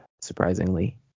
surprisingly